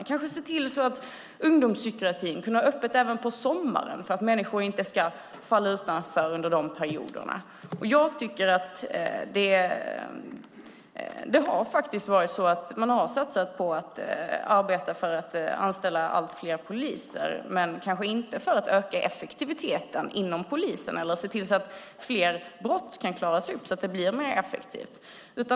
Man kunde kanske se till att ungdomspsykiatrin kunde ha öppet även på sommaren för att människor inte ska falla utanför under dessa perioder. Man har faktiskt satsat på att arbeta för att anställa allt fler poliser men kanske inte för att öka effektiviteten inom polisen eller för att se till att fler brott kan klaras upp så att det blir mer effektivt.